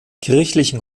kirchlichen